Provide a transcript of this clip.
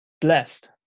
Blessed